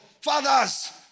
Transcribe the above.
Fathers